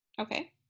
Okay